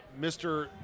Mr